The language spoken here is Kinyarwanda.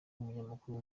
umunyamakuru